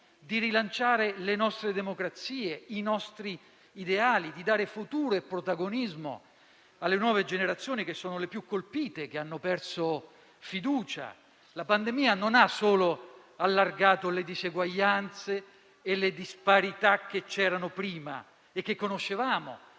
di rilanciare le nostre democrazie e i nostri ideali, di dare futuro e protagonismo alle nuove generazioni, che sono le più colpite e che hanno perso fiducia. La pandemia non ha solo allargato le diseguaglianze e le disparità che c'erano prima e che conoscevamo,